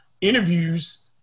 interviews